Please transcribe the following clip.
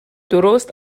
درست